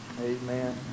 amen